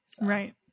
Right